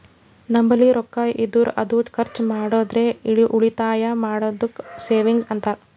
ನಂಬಲ್ಲಿ ರೊಕ್ಕಾ ಇದ್ದುರ್ ಅದು ಖರ್ಚ ಮಾಡ್ಲಾರ್ದೆ ಉಳಿತಾಯ್ ಮಾಡದ್ದುಕ್ ಸೇವಿಂಗ್ಸ್ ಅಂತಾರ